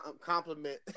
compliment